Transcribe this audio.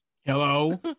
Hello